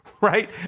right